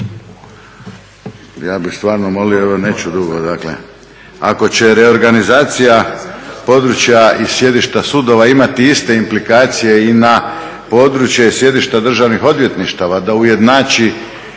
ja bih stvarno molio, evo neću dugo, ako će reorganizacija područja i sjedišta sudova imati iste implikacije i na područja i sjedišta državnih odvjetništava da ujednači